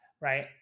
Right